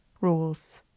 rules